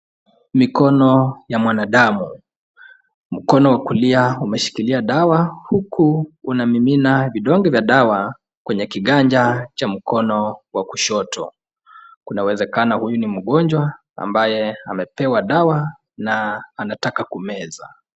Mikono ya mwanadamu, mkono wa kulia umeshikilia dawa huku unamimina vidonge vya dawa kwenye kiganja cha mkono wa kushoto, kunawezekana huyu ni mgonjwa ambaye amepewa na anataka kumeza.